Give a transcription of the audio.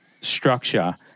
structure